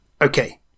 Okay